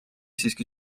siiski